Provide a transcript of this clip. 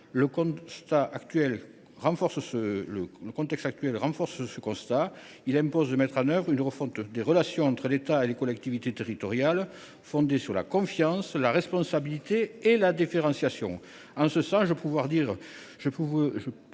Le contexte actuel renforce ce constat. Il impose de mettre en œuvre une refonte des relations entre l’État et les collectivités territoriales, fondées sur la confiance, la responsabilité et la différenciation. En ce sens, je crois pouvoir